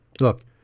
look